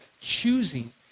choosing